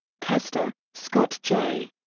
kester, scott j.